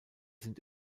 sind